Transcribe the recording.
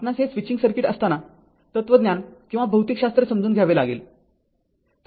आपणास हे switching circuit असताना तत्वज्ञान किंवा भौतिकशास्त्र समजून घ्यावे लागेल